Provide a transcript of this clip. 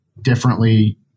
differently